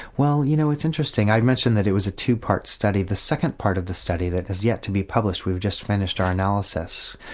well you know it's interesting, i mentioned that it was a two-part study. the second part of the study that has yet to be published we've just finished our analysis,